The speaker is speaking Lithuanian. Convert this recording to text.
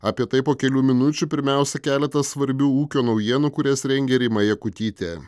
apie tai po kelių minučių pirmiausia keletas svarbių ūkio naujienų kurias rengė rima jakutytė